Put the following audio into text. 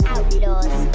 Outlaws